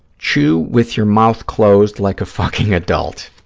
chew with your mouth closed like a fucking adult.